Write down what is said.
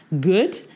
good